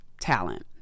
talent